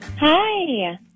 Hi